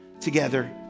together